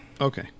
Okay